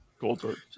goldberg